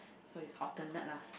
so is alternate lah